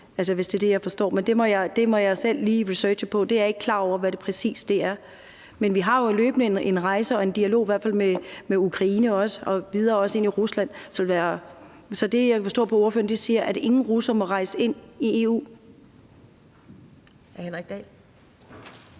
sådan som jeg forstår det. Men det må jeg selv lige researche på. Jeg er ikke klar over, hvad det præcis er. Men vi har jo i hvert fald løbende en rejsemulighed og en dialog med Ukraine og videre også ind i Rusland. Er det, jeg kan forstå spørgeren siger, at ingen russer må rejse ind i EU? Kl.